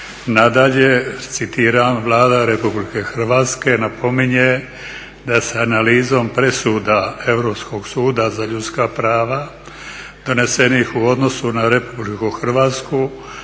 nadalje citiram "Vlada Republike Hrvatske napominje da se analizom presuda Europskog suda za ljudska prava donesenih u odnosu na RH može lako